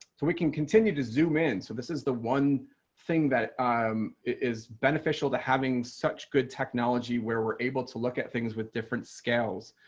we can continue to zoom in. so this is the one thing that um is beneficial to having such good technology where we're able to look at things with different scales.